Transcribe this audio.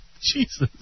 Jesus